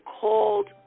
called